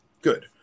good